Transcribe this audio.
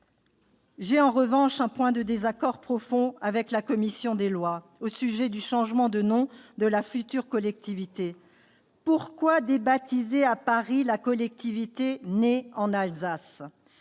J'ai en revanche un point de désaccord profond avec la commission des lois au sujet du changement de nom de la future collectivité : pourquoi débaptiser à Paris la collectivité née en Alsace ?